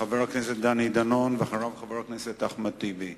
חבר הכנסת דני דנון, ואחריו, חבר הכנסת אחמד טיבי.